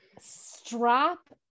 strap